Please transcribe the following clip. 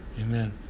Amen